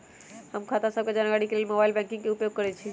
हम खता सभके जानकारी के लेल मोबाइल बैंकिंग के उपयोग करइछी